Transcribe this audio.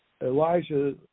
Elijah